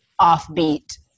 offbeat